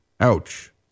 Ouch